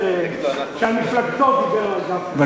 שעל מפלגתו דיבר הרב גפני.